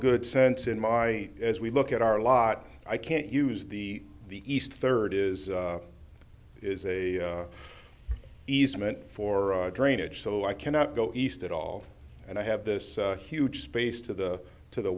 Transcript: good sense in my as we look at our lot i can't use the the east third is is a easement for drainage so i cannot go east at all and i have this huge space to the to the